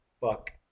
fuck